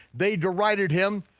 they derided him,